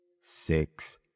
Six